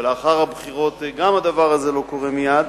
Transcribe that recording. וגם לאחר הבחירות הדבר הזה לא קורה מייד,